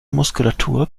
muskulatur